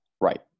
Right